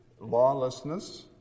lawlessness